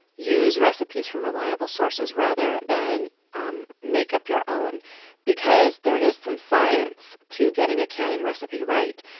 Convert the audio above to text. use recipes from reliable sources rather than um make up your own because there is some science to getting a canning recipe right.